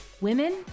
women